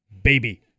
Baby